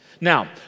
now